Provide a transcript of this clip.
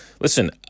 Listen